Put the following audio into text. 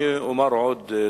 אני אומר עוד דבר.